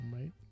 right